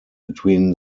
between